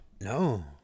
No